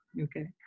Okay